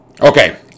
Okay